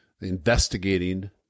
investigating